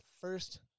first